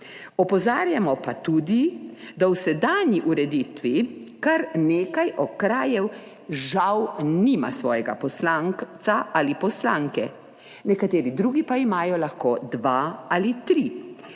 opozarjamo pa tudi, da v sedanji ureditvi kar nekaj okrajev žal nima svojega poslanca ali poslanke, nekateri drugi pa imajo lahko dva ali tri.